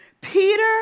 Peter